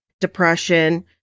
depression